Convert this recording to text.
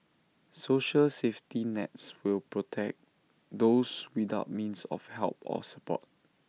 social safety nets will protect those without means of help or support